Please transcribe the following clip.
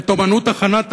את אמנות הכנת הריבה,